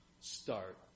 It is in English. start